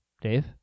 Dave